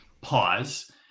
pause